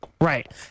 Right